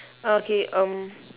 ah K um